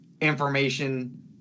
information